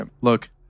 Look